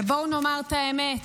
ובואו נאמר את האמת,